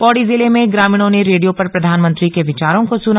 पौड़ी जिले में ग्रामीणों ने रेडियो पर प्रधानमंत्री के विचारों को सुना